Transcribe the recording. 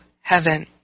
heaven